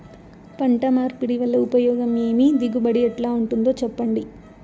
పంట మార్పిడి వల్ల ఉపయోగం ఏమి దిగుబడి ఎట్లా ఉంటుందో చెప్పండి?